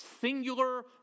singular